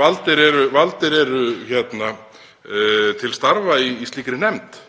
valdir eru til starfa í slíkri nefnd.